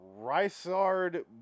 Rysard